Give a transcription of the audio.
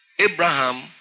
Abraham